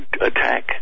attack